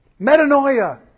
Metanoia